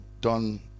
done